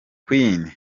queen